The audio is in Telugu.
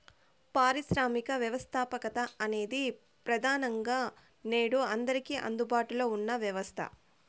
పారిశ్రామిక వ్యవస్థాపకత అనేది ప్రెదానంగా నేడు అందరికీ అందుబాటులో ఉన్న వ్యవస్థ